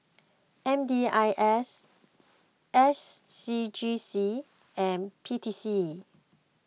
M D I S S C G C and P T C